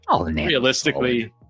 realistically